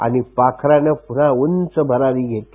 आणि पाखरान पुन्हा उंच भरारी घेतली